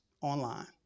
online